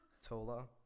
Tola